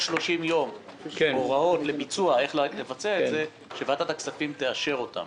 30 יום הוראות לביצוע שוועדת הכספים תאשר אותן.